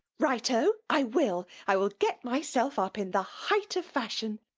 right o! i will. i will get myself up in the height of fashion.